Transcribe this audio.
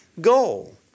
goal